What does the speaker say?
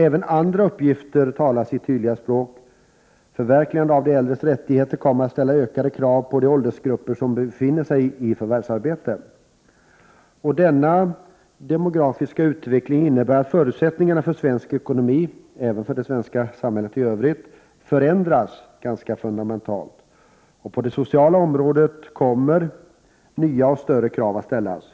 Även andra uppgifter talar sitt tydliga språk: förverkligandet av de äldres rättigheter kommer att ställa ökade krav på de åldersgrupper som befinner sig i förvärvsarbete. Denna demografiska utveckling innebär att förutsättningarna för svensk ekonomi — och även för det svenska samhället i övrigt — förändras fundamentalt. På det sociala området kommer nya och större krav att ställas.